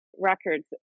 records